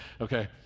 okay